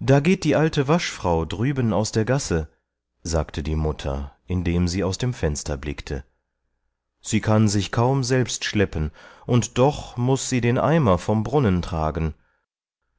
da geht die alte waschfrau drüben aus der gasse sagte die mutter indem sie aus dem fenster blickte sie kann sich kaum selbst schleppen und doch muß sie den eimer vom brunnen tragen